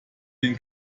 den